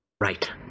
Right